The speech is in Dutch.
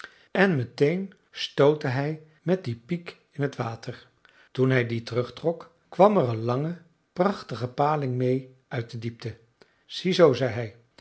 en meteen stootte hij met die piek in het water toen hij die terugtrok kwam er een lange prachtige paling meê uit de diepte ziezoo zei